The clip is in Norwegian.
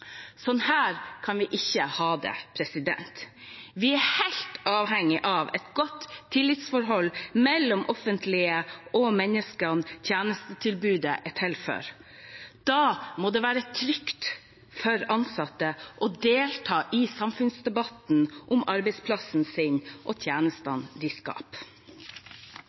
kan vi ikke ha det. Vi er helt avhengig av et godt tillitsforhold mellom det offentlige og menneskene som tjenestetilbudet er til for. Da må det være trygt for ansatte å delta i samfunnsdebatten om arbeidsplassen sin og tjenestene de skaper.